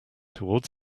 toward